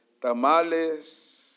Tamales